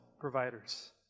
providers